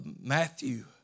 Matthew